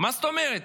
מה זאת אומרת?